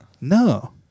No